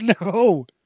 no